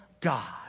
God